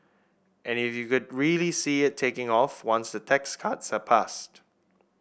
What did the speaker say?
and you could really see it taking off once the tax cuts are passed